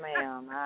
ma'am